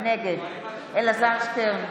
נגד אלעזר שטרן,